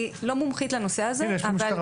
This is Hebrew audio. אני לא מומחית לנושא הזה.